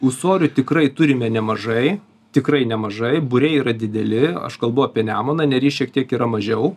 ūsorių tikrai turime nemažai tikrai nemažai būriai yra dideli aš kalbu apie nemuną nery šiek tiek yra mažiau